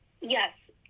yes